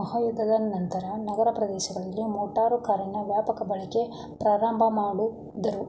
ಮಹಾಯುದ್ಧದ ನಂತ್ರ ನಗರ ಪ್ರದೇಶಗಳಲ್ಲಿ ಮೋಟಾರು ಕಾರಿನ ವ್ಯಾಪಕ ಬಳಕೆ ಪ್ರಾರಂಭಮಾಡುದ್ರು